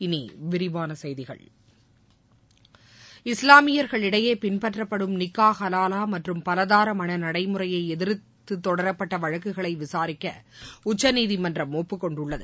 இனி விரிவான செய்திகள் இஸ்லாமியர்களிடையே பின்பற்றப்படும் நிக்கா ஹலாலா மற்றும் பலதார மணம் நடைமுறையை எதிர்த்து தொடரப்பட்ட வழக்குகளை விசாரிக்க உச்சநீதிமன்றம் ஒப்புக்கொண்டுள்ளது